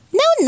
no